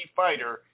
fighter